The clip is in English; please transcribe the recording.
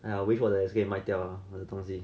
!aiya! wish 我的 S K 卖掉 lah 我的东西